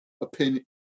opinion